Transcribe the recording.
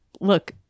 Look